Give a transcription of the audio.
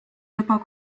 juba